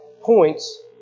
points